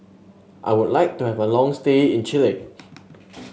I would like to have a long stay in Chile